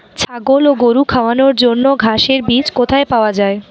ছাগল ও গরু খাওয়ানোর জন্য ঘাসের বীজ কোথায় পাওয়া যায়?